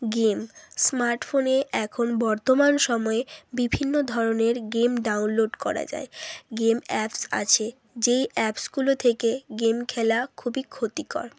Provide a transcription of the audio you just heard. game স্মার্টফোনে এখন বর্তমান সময়ে বিভিন্ন ধরনের গেম ডাউনলোড করা যায় গেম অ্যাপস আছে যেই অ্যাপসগুলো থেকে গেম খেলা খুবই ক্ষতিকর